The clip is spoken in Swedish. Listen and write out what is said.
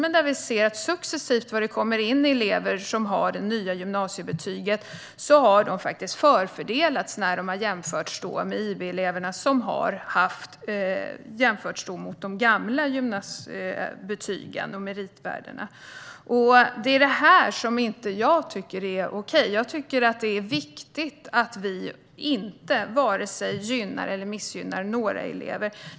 Men när det successivt kommer in elever som har det nya gymnasiebetyget ser vi att de förfördelas i jämförelse med IB-eleverna, som jämförs mot de gamla betygen. Det är detta som jag inte tycker är okej. Jag tycker att det är viktigt att vi varken gynnar eller missgynnar några elever.